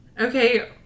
okay